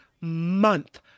month